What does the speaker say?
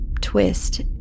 twist